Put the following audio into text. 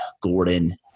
Gordon